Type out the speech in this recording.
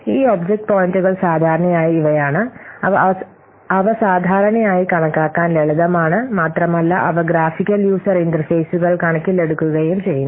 ഈ ഒബ്ജക്റ്റ് പോയിന്റുകൾ സാധാരണയായി ഇവയാണ് അവ സാധാരണയായി കണക്കാക്കാൻ ലളിതമാണ് മാത്രമല്ല അവ ഗ്രാഫിക്കൽ യൂസർ ഇന്റർഫേസുകൾ കണക്കിലെടുക്കുകയും ചെയ്യുന്നു